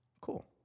Cool